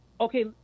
okay